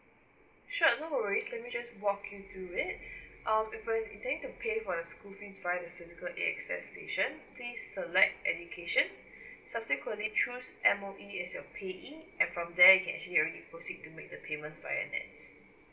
sure no worries let me just walk you through it um if you were to be paying to pay for the school fees via the physical A_X_S station please select education subsequently choose M_O_E as your payee and from there you can actually already proceed to make the payment via NETS